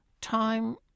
time